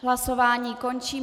Hlasování končím.